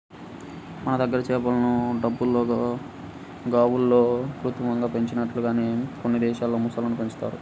మన దగ్గర చేపలను టబ్బుల్లో, గాబుల్లో కృత్రిమంగా పెంచినట్లుగానే కొన్ని దేశాల్లో మొసళ్ళను పెంచుతున్నారు